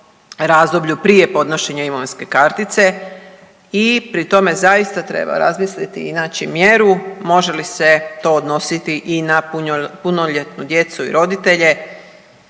razdoblju prije podnošenja imovinske kartice. I pri tome zaista treba razmisliti i naći mjeru može li se to odnositi i na punoljetnu djecu i roditelje,